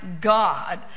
God